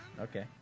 Okay